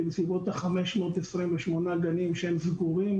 היא בסביבות ה-528 גנים שהם סגורים,